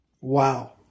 Wow